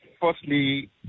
Firstly